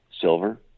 silver